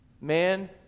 man